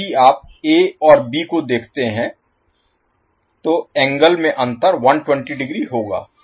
तो यदि आप ए और बी को देखते हैं तो एंगल में अंतर 120 डिग्री होगा